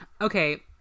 Okay